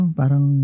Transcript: parang